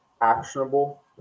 actionable